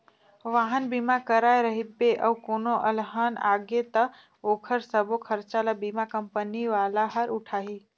वाहन बीमा कराए रहिबे अउ कोनो अलहन आगे त ओखर सबो खरचा ल बीमा कंपनी वाला हर उठाही